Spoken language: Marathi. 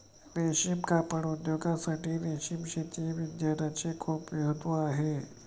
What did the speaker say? रेशीम कापड उद्योगासाठी रेशीम शेती विज्ञानाचे खूप विशेष महत्त्व आहे